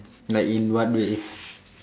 like in what ways